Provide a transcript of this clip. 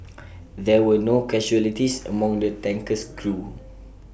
there were no casualties among the tanker's crew